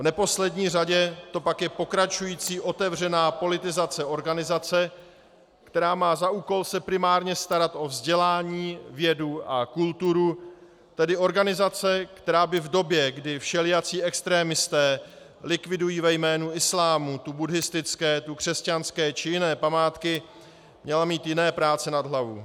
V neposlední řadě to pak je pokračující otevřená politizace organizace, která má za úkol primárně se starat o vzdělání, vědu a kulturu, tedy organizace, která by v době, kdy všelijací extremisté likvidují ve jménu islámu tu buddhistické, tu křesťanské či jiné památky, měla mít jiné práce nad hlavu.